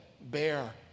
bear